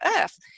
Earth